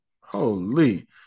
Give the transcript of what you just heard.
Holy